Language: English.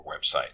website